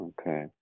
Okay